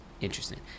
Interesting